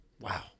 Wow